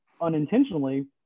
unintentionally